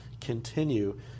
continue